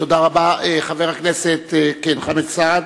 חבר הכנסת חמד עמאר,